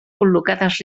col·locades